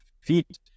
feet